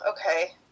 okay